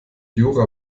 jura